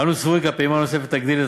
אנו סבורים כי הפעימה הנוספת תגדיל את